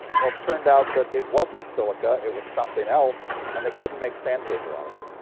well it turned out that it wasn't silica. it was something else and they couldn't make sandpaper out of it.